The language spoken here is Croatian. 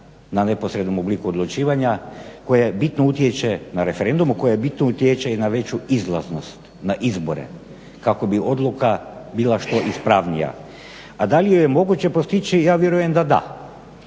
na neposrednom obliku odlučivanja koja bitno utječe na referendum, koja bitno utječe i na veću izlaznost, na izbore kako bi odluka bila što ispravnija. A da li ju je moguće postići ja vjerujem da da.